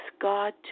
god